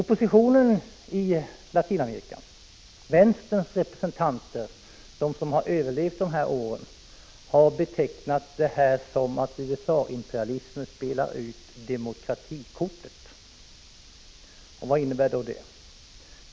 Oppositionen i Latinamerika, vänsterns representanter som har överlevt | dessa år, har betecknat det här som att USA-imperialismen spelar ut demokratikortet. Vad innebär då det?